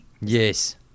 Yes